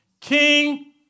King